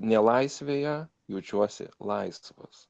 nelaisvėje jaučiuosi laisvas